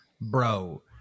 bro